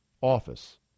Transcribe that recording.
office